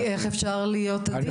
כי איך אפשר להיות אדיש?